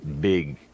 big